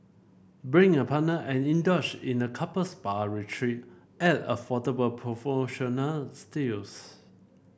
bring a partner and indulge in a couple spa retreat at affordable promotional steals